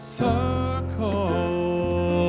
circle